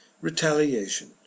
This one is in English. retaliation